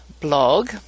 blog